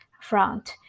front